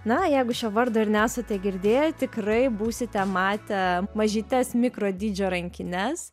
na jeigu šio vardo ir nesate girdėję tikrai būsite matę mažytes mikrodydžio rankines